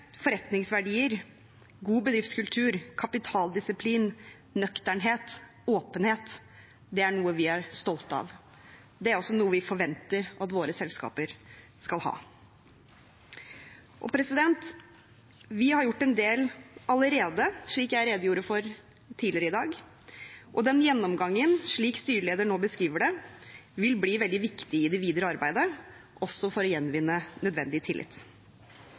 forretningsverdier, god bedriftskultur, kapitaldisiplin, nøkternhet, åpenhet – dette er noe vi er stolte av. Det er også noe vi forventer at våre selskaper skal ha. Vi har gjort en del allerede, slik jeg redegjorde for tidligere i dag. Den gjennomgangen, slik styrelederen nå beskriver det, vil bli veldig viktig i det videre arbeidet, også for å gjenvinne nødvendig tillit.